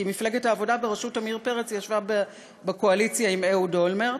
כי מפלגת העבודה בראשות עמיר פרץ ישבה בקואליציה עם אהוד אולמרט,